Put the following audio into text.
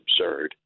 absurd